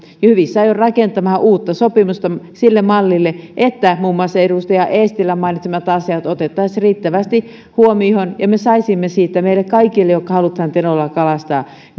hyvissä ajoin rakentamaan uutta sopimusta sille mallille että muun muassa edustaja eestilän mainitsemat asiat otettaisiin riittävästi huomioon ja me saisimme meille kaikille jotka haluamme tenolla kalastaa